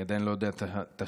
אני עדיין לא יודע את השם,